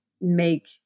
make